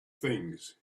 things